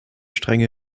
strenge